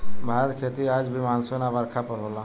भारत के खेती आज भी मानसून आ बरखा पर होला